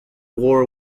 war